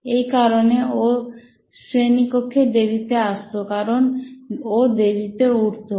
এই কারিনা ও শ্রেণীকক্ষে দেরিতে আসতো কারণ ও দেরিতে উঠতো